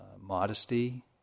modesty